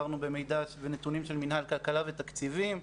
אלו נתונים של מינהל כלכלה ותקציבים.